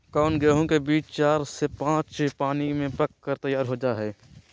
कौन गेंहू के बीज चार से पाँच पानी में पक कर तैयार हो जा हाय?